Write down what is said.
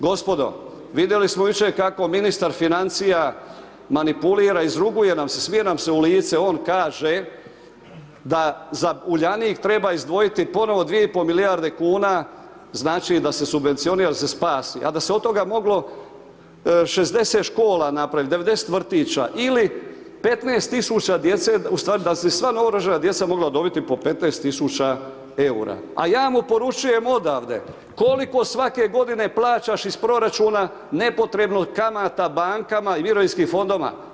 Gospodo, vidjeli smo jučer kako ministar financija manipulira, izruguje nam se, smije nam se u lice, on kaže da za Uljanik treba izdvojiti ponovo 2,5 milijarde kuna, znači, da se subvencionira, da se spaja, a da se od toga moglo 60 škola napraviti, 90 vrtića ili 15 000 djece, ustvari da su sva novorođena djeca mogla dobiti po 15.000,00 EUR-a, a ja mu poručujem odavde koliko svake godine plaćaš iz proračuna nepotrebno kamata bankama i Mirovinskim fondovima?